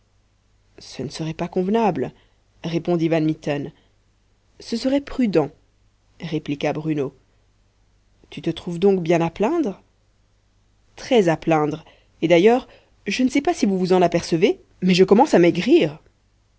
ce ne serait pas convenable répondit van mitten ce serait prudent répliqua bruno tu te trouves donc bien à plaindre très à plaindre et d'ailleurs je ne sais si vous vous en apercevez mais je commence à maigrir